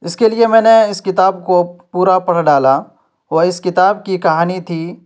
اس کے لیے میں نے اس کتاب کو پورا پڑھ ڈالا اور اس کتاب کی کہانی تھی